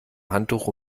handtuch